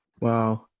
Wow